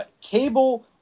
Cable